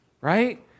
right